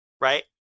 right